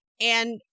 and-